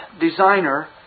designer